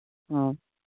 ᱦᱚᱸ